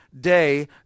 day